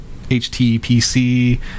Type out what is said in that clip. HTPC